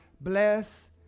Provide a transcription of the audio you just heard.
Bless